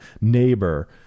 neighbor